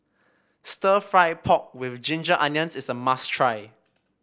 stir fry pork with Ginger Onions is a must try